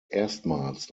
erstmals